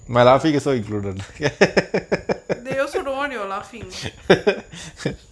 ah they also don't want your laughing